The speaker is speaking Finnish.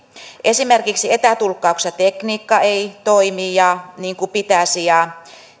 esimerkiksi etätulkkauksen tekniikka ei toimi niin kuin pitäisi